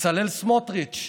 בצלאל סמוטריץ',